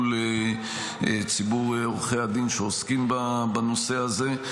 בעיקר מול ציבור עורכי הדין שעוסקים בנושא הזה.